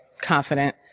confident